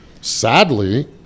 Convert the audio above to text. sadly